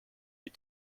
you